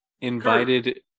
invited